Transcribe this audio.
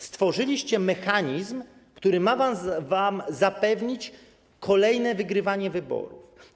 Stworzyliście mechanizm, który ma wam zapewnić kolejne wygrywanie wyborów.